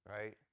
right